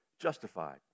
Justified